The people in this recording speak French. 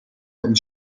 comme